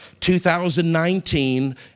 2019